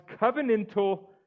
covenantal